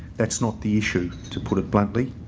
that's not the issue to put it bluntly.